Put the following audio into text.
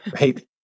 right